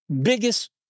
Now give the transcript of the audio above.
Biggest